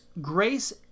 grace